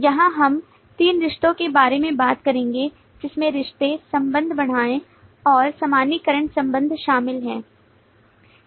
यहां हम तीन रिश्तों के बारे में बात करेंगे जिसमें रिश्ते संबंध बढ़ाएं और सामान्यीकरण संबंध शामिल हैं